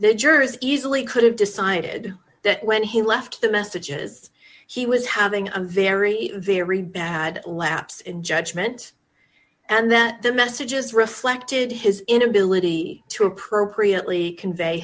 the jersey easily could have decided that when he left the messages he was having a very very bad lapse in judgment and that the messages reflected his inability to appropriately convey